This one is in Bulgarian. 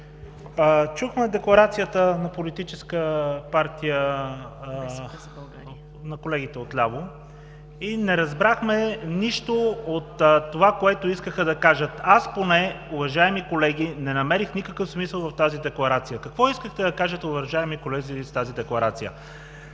чухме декларацията на колегите от ляво и не разбрахме нищо от това, което искаха да кажат. Аз поне, уважаеми колеги, не намерих никакъв смисъл в тази декларация. Какво искахте да кажете, уважаеми колеги, с този декларация?